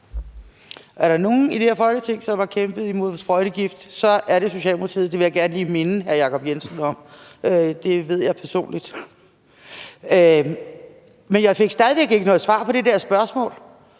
Er der nogen i det her Folketing, som har kæmpet imod sprøjtegift, er det Socialdemokratiet. Det vil jeg gerne lige minde hr. Jacob Jensen om. Det ved jeg personligt. Men jeg fik stadig væk ikke noget svar på det der spørgsmål.